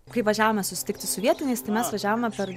kai važiavome susitikti su vietiniais tai mes važiavome per